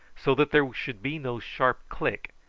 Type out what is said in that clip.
so that there should be no sharp click,